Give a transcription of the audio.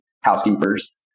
housekeepers